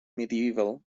medieval